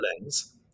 lens